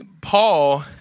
Paul